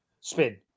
spin